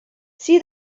see